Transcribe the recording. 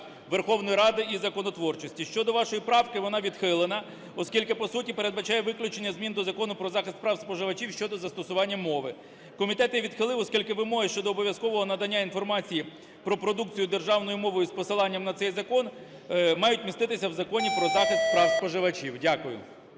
Верховної Ради і законотворчості. Щодо вашої правки, вона відхилена, оскільки по суті передбачає виключення змін до Закону "Про захист прав споживачів" щодо застосування мови. Комітет її відхилив, оскільки вимоги щодо обов'язкового надання інформації про продукцію державною мовою з посиланням на цей закон, мають міститися в Законі "Про захист прав споживачів". Дякую.